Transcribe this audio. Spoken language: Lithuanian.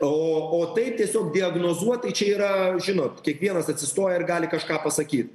o o taip tiesiog diagnozuot čia yra žinot kiekvienas atsistoja ir gali kažką pasakyt